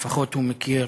לפחות הוא מכיר